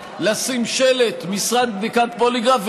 לשים שלט: משרד בדיקת פוליגרף,